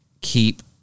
Keep